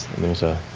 there's a